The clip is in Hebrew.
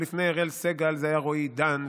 ולפני אראל סג"ל זה היה רועי דן,